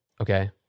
Okay